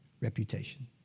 reputation